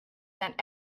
that